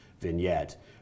vignette